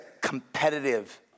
competitive